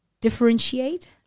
differentiate